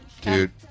Dude